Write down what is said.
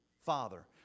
father